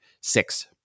six